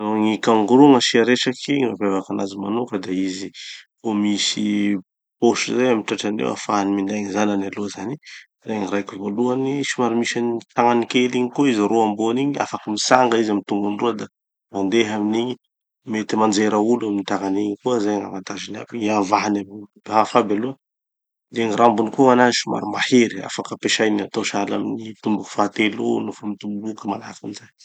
No gny kangoroo gn'asia resaky, mampiavaky anazy manoka de izy ho misy posy zay amy tratrany eo ahafahany minday gny zanany aloha zany. Zay gny raiky voalohany. Somary misy any gny tagnany kely igny koa izy, roa ambony igny. Afaky mitsanga izy amy tombony roa da mandeha amin'igny. Mety manjera olo gny tagnan'igny koa. Zay gn'avantage-ny aby. Iavahany amy gny biby hafa aby aloha. De gny rambony koa gn'anazy somary mahery. Afaky ampesainy, atao sahala amy gny tomboky fahatelo io nofa mitoboky manahaky anizay.